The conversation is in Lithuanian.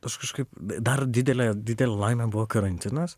aš kažkaip dar didelė didelė laimė buvo karantinas